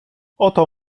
oto